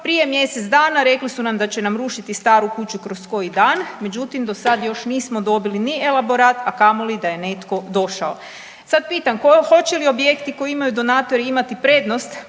prije mjesec dana rekli su nam da će nam rušiti staru kuću kroz koji dan, međutim do sad još nismo dobili ni elaborat, a kamoli da je netko došao. Sad pitam hoće li objekti koje imaju donatori imati prednost